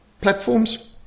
platforms